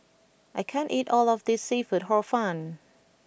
I can't eat all of this Seafood Hor Fun